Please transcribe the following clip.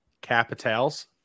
Capitals